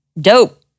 dope